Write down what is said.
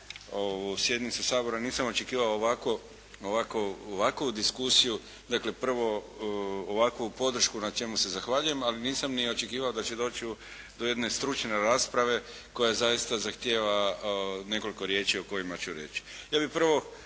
ovu sjednicu Sabora nisam očekivao ovakvu diskusiju, dakle prvo ovakvu podršku na čemu se zahvaljujem, ali nisam očekivao ni da će doći do jedne stručne rasprave koja zaista zahtjeva nekoliko riječi o kojima ću reći.